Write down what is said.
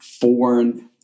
foreign